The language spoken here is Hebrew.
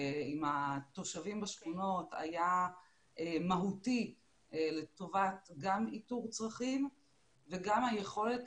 עם התושבים בשכונות היה מהותי לטובת גם איתור צרכים וגם היכולת